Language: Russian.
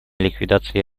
ликвидация